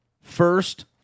first